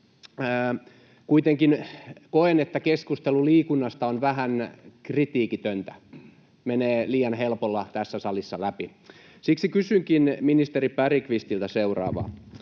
Kuitenkin koen, että keskustelu liikunnasta on vähän kritiikitöntä, menee liian helpolla tässä salissa läpi. Siksi kysynkin ministeri Bergqvistiltä seuraavaa: